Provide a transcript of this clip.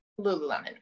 lululemon